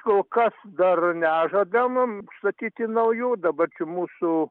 kol kas dar nežada mum statyti naujų dabar čia mūsų